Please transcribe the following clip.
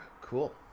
Cool